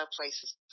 places